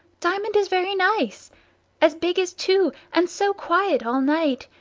diamond is very nice as big as two and so quiet all night!